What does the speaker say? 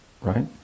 right